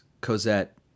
Cosette